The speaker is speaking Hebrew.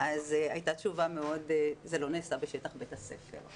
הייתה תשובה שאמרה שזה לא נעשה בשטח בית הספר.